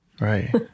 right